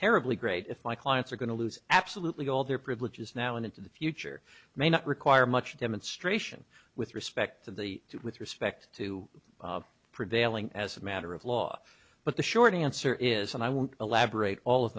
terribly great if my clients are going to lose absolutely all their privileges now and into the future may not require much demonstration with respect to the two with respect to prevailing as a matter of law but the short answer is and i won't elaborate all of